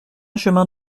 chemin